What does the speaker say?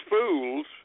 fools